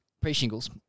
Pre-shingles